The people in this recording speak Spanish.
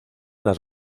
las